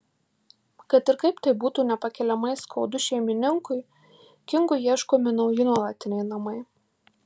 kad ir kaip tai būtų nepakeliamai skaudu šeimininkui kingui ieškomi nauji nuolatiniai namai